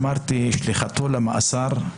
אמרתי שליחתו למאסר,